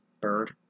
Bird